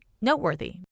noteworthy